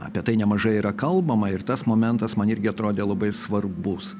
apie tai nemažai yra kalbama ir tas momentas man irgi atrodė labai svarbus